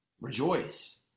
rejoice